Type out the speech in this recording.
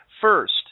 First